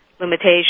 limitation